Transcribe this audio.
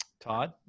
Todd